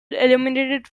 eliminated